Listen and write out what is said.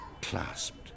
clasped